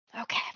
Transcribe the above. Okay